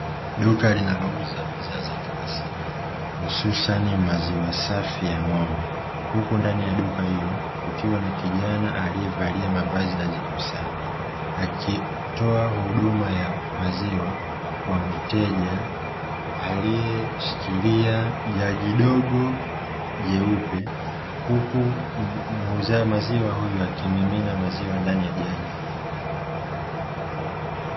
Duka linalouza bidhaa za kila siku hususan maziwa safi ya ng'ombe, huku ndani ya duka hilo ukiwa na kijana aliyevalia mavazi nadhifu sana akitoa huduma ya maziwa kwa mteja aliyeshikilia jagi dogo jeupe, huku muuzaa maziwa huyu akimimina maziwa ndani ya jagi hilo.